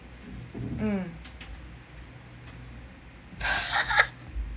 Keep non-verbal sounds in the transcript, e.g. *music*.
*laughs*